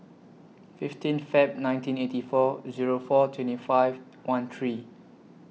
fifteen Feb nineteen eighty four Zero four twenty five one three